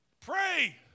Pray